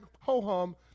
ho-hum